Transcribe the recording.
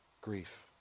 grief